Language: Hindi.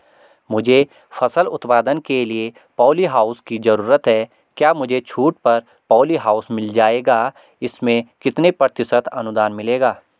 मुझे फसल उत्पादन के लिए प ॉलीहाउस की जरूरत है क्या मुझे छूट पर पॉलीहाउस मिल जाएगा इसमें कितने प्रतिशत अनुदान मिलेगा?